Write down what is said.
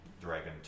Dragon